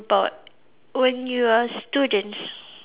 about when you are a students